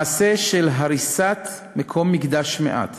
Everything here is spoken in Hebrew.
מעשה של הריסת מקום מקדש מעט